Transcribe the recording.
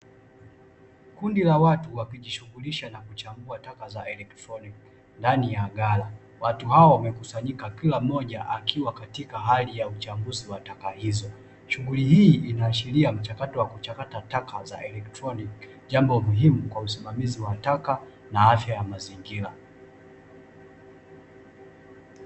Kundi la watu wakijishughulisha na kuchambua taka za elektroniki ndani ya ghala. Watu hawa wamekusanyika kila mmoja akiwa katika hali ya uchambuzi wa taka hizo. Shughuli hii inaashiria mchakato wa kuchakata taka za elektroniki jambo muhimu kwa usimamizi wa taka na afya ya mazingira.